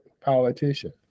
politician